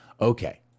Okay